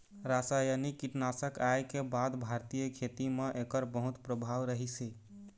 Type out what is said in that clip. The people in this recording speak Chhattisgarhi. रासायनिक कीटनाशक आए के बाद भारतीय खेती म एकर बहुत प्रभाव रहीसे